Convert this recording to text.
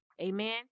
amen